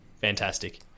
fantastic